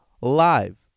live